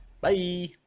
Bye